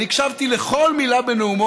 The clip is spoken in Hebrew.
אתה לא הקשבת לנאום שלו.